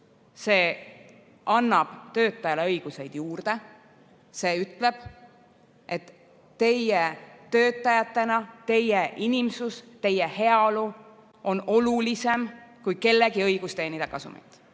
See annab töötajale õiguseid juurde. See ütleb, et teie töötajatena, teie inimsus, teie heaolu on olulisem kui kellegi õigus teenida kasumit.